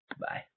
Bye